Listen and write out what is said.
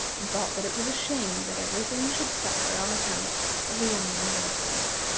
and thought that it was a shame that every thing should suffer on account of the young man's absence.